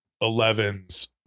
Eleven's